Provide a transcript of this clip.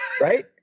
right